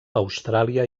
austràlia